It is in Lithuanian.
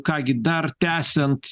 ką gi dar tęsiant